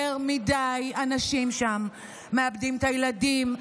יותר מדי אנשים שם מאבדים את הילדים,